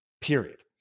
period